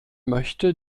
möchte